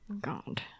God